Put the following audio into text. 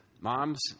Moms